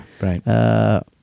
right